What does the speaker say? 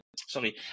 sorry